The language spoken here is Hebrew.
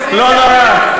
לא נורא,